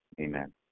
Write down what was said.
Amen